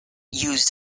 used